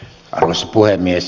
arvoisa puhemies